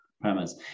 premise